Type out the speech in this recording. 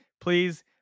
please